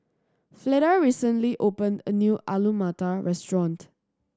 Fleda recently opened a new Alu Matar Restaurant